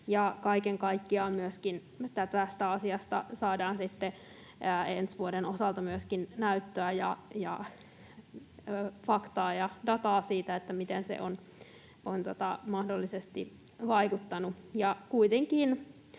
Kaiken kaikkiaan tästä asiasta saadaan myöskin sitten ensi vuoden osalta näyttöä ja faktaa ja dataa siitä, miten se on mahdollisesti vaikuttanut.